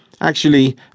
Actually